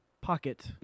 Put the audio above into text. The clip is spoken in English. pocket